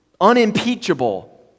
unimpeachable